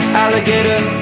alligator